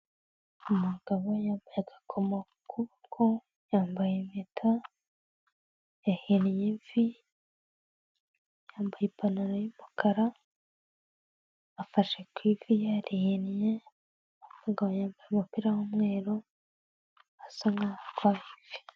Umugabo yambaye agakomo ku kuboko, yambaye impeta, yahinye ivi, yambaye ipantaro y'umukara, afashe ku ivi yarihinye, yambaye umupira w'umweru asa nkaho afashe ivi.